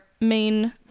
main